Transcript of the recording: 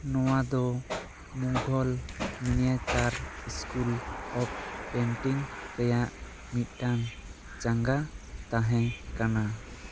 ᱱᱚᱣᱟ ᱫᱚ Mughal miniature school of painting ᱨᱮᱭᱟᱜ ᱢᱤᱫᱴᱟᱝ ᱪᱟᱸᱜᱟ ᱛᱟᱦᱮᱸ ᱠᱟᱱᱟ